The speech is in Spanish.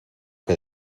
que